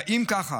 אם ככה,